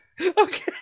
Okay